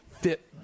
fit